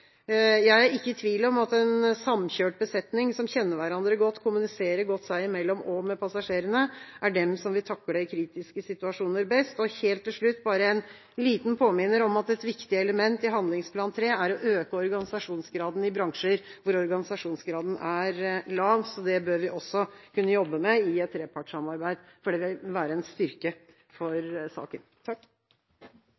Jeg er ikke i tvil om at en samkjørt besetning som kjenner hverandre godt og kommuniserer godt seg imellom og med passasjerene, er de som vil takle kritiske situasjoner best. Helt til slutt bare en liten påminnelse om at et viktig element i Handlingsplan 3 er å øke organisasjonsgraden i bransjer hvor organisasjonsgraden er lav. Det bør vi også kunne jobbe med i et trepartssamarbeid, for det vil være en styrke for